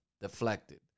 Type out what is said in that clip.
deflected